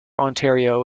ontario